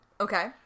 Okay